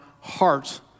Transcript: heart